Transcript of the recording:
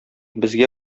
безгә